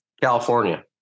California